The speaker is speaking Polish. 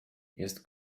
jest